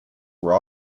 were